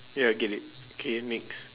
ya I get it K next